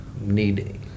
need